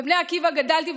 בבני עקיבא גדלתי,